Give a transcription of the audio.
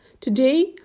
Today